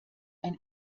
ein